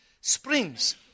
springs